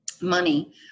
money